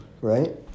right